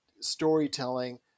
storytelling